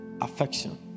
Affection